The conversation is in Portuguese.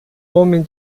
homem